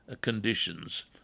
conditions